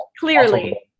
clearly